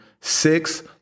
Six